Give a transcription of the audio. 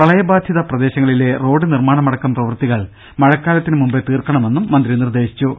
പ്രളയ ബാധിത പ്രദേശങ്ങളിലെ റോഡ് നിർമ്മാണമടക്കം പ്രവൃത്തികൾ മഴക്കാലത്തിന് മുമ്പെ തീർക്കണമെന്നും മന്ത്രി പറഞ്ഞു